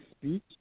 speech